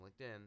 LinkedIn